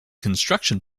construction